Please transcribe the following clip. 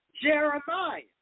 Jeremiah